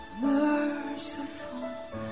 merciful